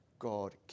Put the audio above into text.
God